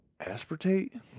Aspartate